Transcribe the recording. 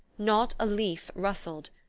not a leaf rustled,